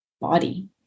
body